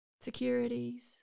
securities